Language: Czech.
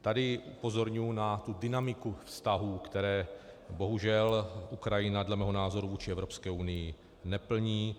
Tady upozorňuju na tu dynamiku vztahů, které bohužel Ukrajina dle mého názoru vůči Evropské unii neplní.